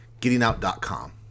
gettingout.com